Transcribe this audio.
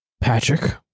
Patrick